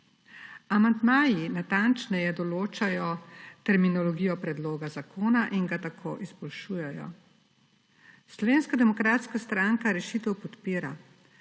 Amandmaji natančneje določajo terminologijopredloga zakona in ga tako izboljšujejo. Slovenska demokratska stranka rešitev podpira.